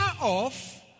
off